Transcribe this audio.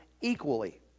equally